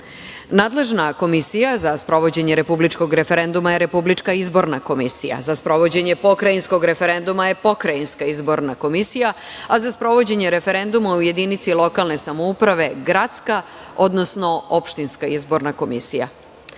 odbor. Nadležna komisija za sprovođenje republičkog referenduma je Republička izborna komisija. Za sprovođenje pokrajinskog referenduma je Pokrajinska izborna komisija, a za sprovođenje referenduma u jedinici lokalne samouprave Gradska, odnosno Opštinska izborna komisija.U